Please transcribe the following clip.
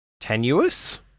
tenuous